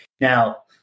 Now